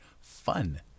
fun